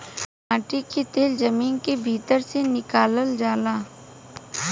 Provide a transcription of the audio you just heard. माटी के तेल जमीन के भीतर से निकलल जाला